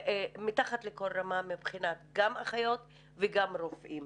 מתחת לכל רמה גם מבחינת אחיות וגם מבחינת רופאים.